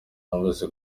amaze